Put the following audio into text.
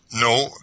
No